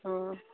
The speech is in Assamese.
অঁ